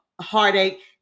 heartache